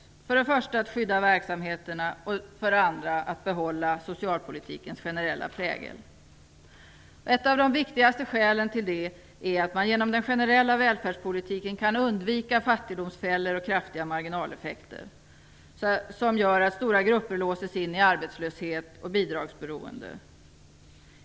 För det första har det gällt att skydda verksamheterna, och för det andra att behålla socialpolitikens generella prägel. Ett av de viktigaste skälen till det är att man genom den generella välfärdspolitiken kan undvika fattigdomsfällor och kraftiga marginaleffekter som gör att stora grupper låses in i arbetslöshet och bidragsberoende.